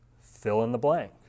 fill-in-the-blank